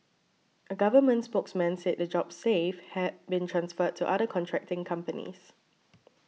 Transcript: a government spokesman said the jobs saved had been transferred to other contracting companies